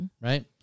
right